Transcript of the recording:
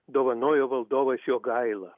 dovanojo valdovas jogaila